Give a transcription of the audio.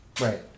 Right